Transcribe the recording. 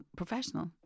professional